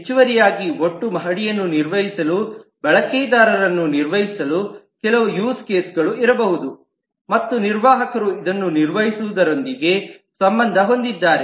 ಹೆಚ್ಚುವರಿಯಾಗಿ ಒಟ್ಟು ಮಹಡಿಯನ್ನು ನಿರ್ವಹಿಸಲು ಬಳಕೆದಾರರನ್ನು ನಿರ್ವಹಿಸಲು ಕೆಲವು ಯೂಸ್ ಕೇಸ್ ಗಳು ಇರಬಹುದು ಮತ್ತು ನಿರ್ವಾಹಕರು ಇದನ್ನು ನಿರ್ವಹಿಸುವುದರೊಂದಿಗೆ ಸಂಬಂಧ ಹೊಂದಿದ್ದಾರೆ